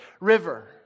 river